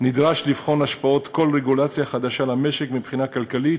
נדרש לבחון השפעות של כל רגולציה חדשה למשק מבחינה כלכלית,